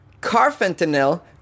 carfentanil